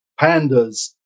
pandas